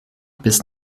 bis